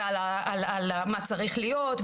ועל מה צריך להיות,